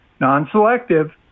non-selective